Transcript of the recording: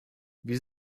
wir